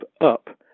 up